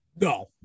No